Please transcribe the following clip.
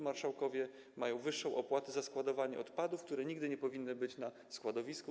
Marszałkowie mają wyższą opłatę za składowanie odpadów, które nigdy nie powinny być na składowisku.